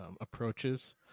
approaches